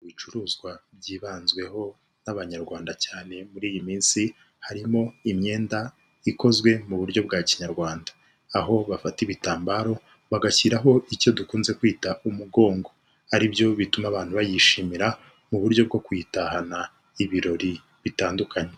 Ibicuruzwa byibanzweho n'abanyarwanda cyane muri iyi minsi harimo imyenda ikozwe mu buryo bwa kinyarwanda aho bafata ibitambaro bagashyiraho icyo dukunze kwita umugongo aribyo bituma abantu bayishimira mu buryo bwo kuyitahana ibirori bitandukanye.